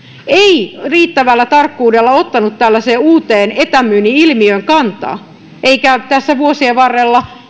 ei riittävällä tarkkuudella ottanut tällaiseen uuteen etämyynnin ilmiöön kantaa eikä sitä ole tässä vuosien varrella